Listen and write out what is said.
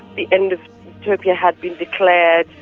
the end of utopia had been declared,